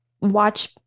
watch